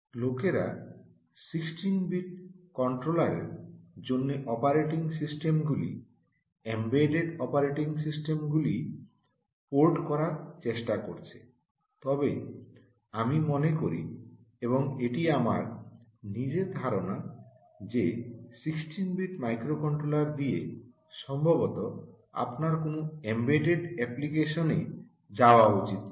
লোকেরা 16 বিট কন্ট্রোলারের জন্য অপারেটিং সিস্টেমগুলি এমবেডেড অপারেটিং সিস্টেমগুলি পোর্ট করার চেষ্টা করেছে তবে আমি মনে করি এবং এটি আমার নিজের ধারণা যে 16 বিট মাইক্রোকন্ট্রোলার দিয়ে সম্ভবত আপনার কোনও এমবেডেড অ্যাপ্লিকেশনে যাওয়া উচিত নয়